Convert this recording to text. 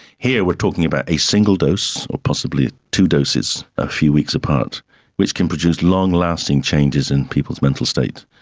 here we are talking about a single dose or possibly two doses a few weeks apart which can produce long-lasting changes in people's mental state,